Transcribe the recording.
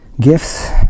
Gifts